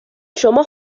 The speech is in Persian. شما